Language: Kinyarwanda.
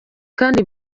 kandi